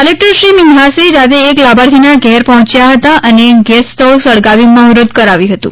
collector Shri Minhas જાતે એક લાભાર્થીના ઘેર પહોંચ્યા હતા અને ગેંસ સ્ટવ સળગાવી મહુરત કરાવ્યુ હતું